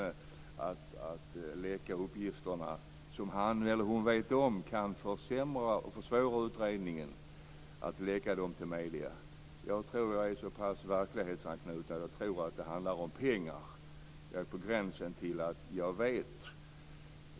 Jag tror inte heller att han eller hon har någon inre kraft som tvingar honom eller henne att göra det. Jag är så pass verklighetsanknuten att jag tror - på gränsen till att jag vet - att det handlar om pengar.